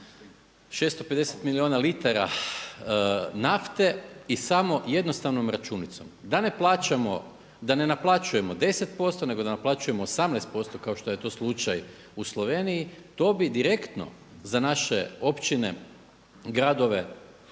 650 milijuna litara nafte i samo jednostavnom računicom da ne plaćamo, da ne naplaćujemo 10%, nego da naplaćujemo 18% kao što je to slučaj u Sloveniji to bi direktno za naše općine, gradove